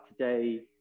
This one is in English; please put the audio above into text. today